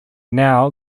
now